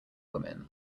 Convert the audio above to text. woman